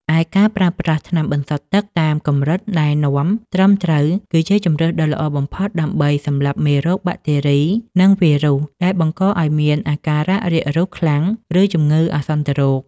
ឯការប្រើប្រាស់ថ្នាំបន្សុទ្ធទឹកតាមកម្រិតណែនាំត្រឹមត្រូវ គឺជាជម្រើសដ៏ល្អបំផុតដើម្បីសម្លាប់មេរោគបាក់តេរី និងវីរុសដែលបង្កឱ្យមានអាការៈរាករូសខ្លាំង ឬជំងឺអាសន្នរោគ។